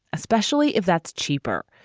especially if that's cheaper.